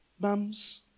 mums